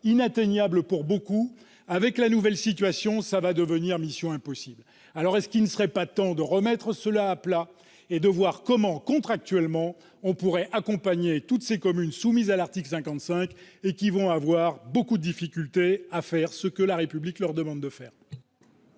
inatteignable pour beaucoup. Avec la nouvelle situation, cela va devenir mission impossible. Ne serait-il pas temps de remettre tout cela à plat et de voir comment, contractuellement, on pourrait accompagner toutes ces communes soumises à l'article 55 qui vont avoir beaucoup de difficultés à faire ce que la République leur demande de faire ?